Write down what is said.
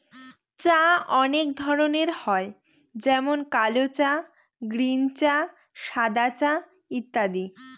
চা অনেক ধরনের হয় যেমন কাল চা, গ্রীন চা, সাদা চা ইত্যাদি